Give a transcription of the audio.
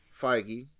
Feige